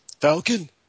Falcon